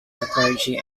clergy